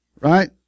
Right